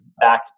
back